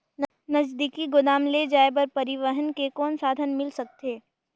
नजदीकी गोदाम ले जाय बर परिवहन के कौन साधन मिल सकथे?